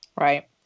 Right